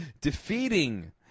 defeating